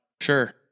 Sure